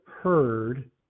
heard